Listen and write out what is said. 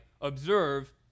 observe